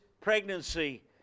pregnancy